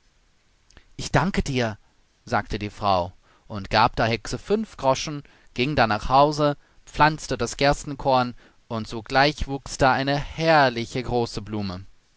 ich danke dir sagte die frau und gab der hexe fünf groschen ging dann nach hause pflanzte das gerstenkorn und sogleich wuchs da eine herrliche große blume